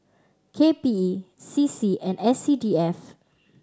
K P E C C and S C D F